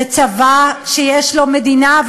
לצבא שיש לו מדינה,